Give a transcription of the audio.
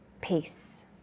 peace